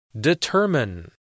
Determine